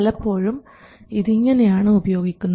പലപ്പോഴും ഇത് ഇങ്ങനെയാണ് ഉപയോഗിക്കുന്നത്